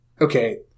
okay